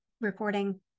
recording